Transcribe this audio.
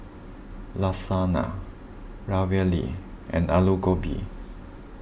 Lasagna Ravioli and Alu Gobi